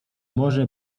może